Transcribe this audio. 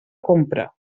compra